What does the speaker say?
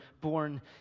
born